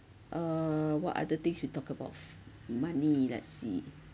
uh what other things we talk about money let's see